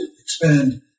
expand